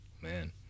man